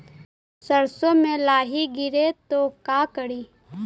सरसो मे लाहि गिरे तो का करि?